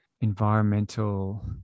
environmental